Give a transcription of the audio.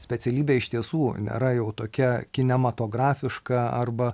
specialybė iš tiesų nėra jau tokia kinematografiška arba